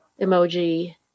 emoji